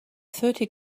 thirty